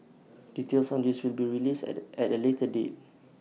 details on this will be released at the at A later date